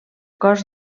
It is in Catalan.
cos